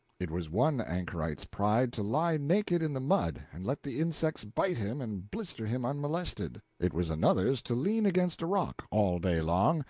it was one anchorite's pride to lie naked in the mud and let the insects bite him and blister him unmolested it was another's to lean against a rock, all day long,